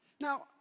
Now